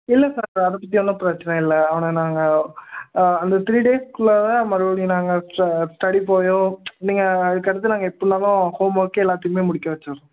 இல்லை சார் அதை பற்றி எல்லாம் பிரச்சின இல்லை அவனை நாங்கள் அந்த த்ரீ டேஸ் குள்ளார மறுபடியும் நாங்கள் ஸ்டடி போயிடும் நீங்கள் அதுக்கடுத்து நாங்கள் எப்படி இருந்தாலும் ஹோம் ஒர்க் எல்லாத்தையுமே முடிக்க வெச்சிடுறோம்